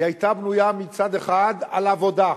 היא היתה בנויה מצד אחד על עבודה,